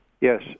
Yes